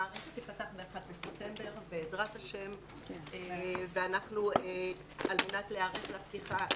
המערכת תיפתח ב-1 בספטמבר בעזרת השם ועל מנת להיערך לפתיחה